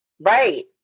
Right